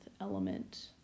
element